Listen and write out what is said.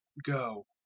go,